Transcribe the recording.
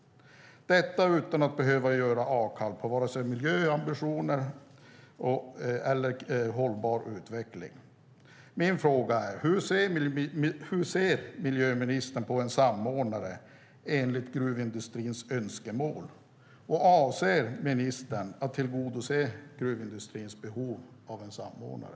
Mina frågor är: Hur ser miljöministern på en samordnare enligt gruvindustrins önskemål? Avser ministern att tillgodose gruvindustrins behov av en samordnare?